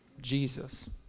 Jesus